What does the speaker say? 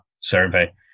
survey